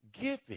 Giving